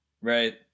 Right